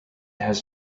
has